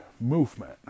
movement